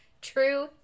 true